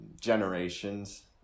generations